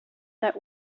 that